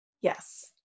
Yes